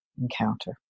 encounter